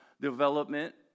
development